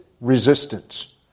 resistance